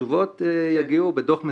התשובות יגיעו בדו"ח מסודר,